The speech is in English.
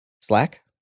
Slack